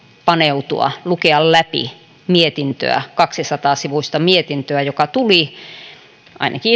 paneutua lukea läpi mietintöä kaksisataa sivuista mietintöä jonka ainakin